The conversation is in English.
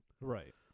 Right